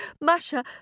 Masha